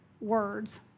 words